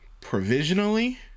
provisionally